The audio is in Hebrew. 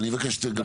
אני רוצה שתגבשו.